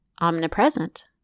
omnipresent